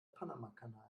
panamakanal